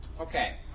Okay